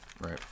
right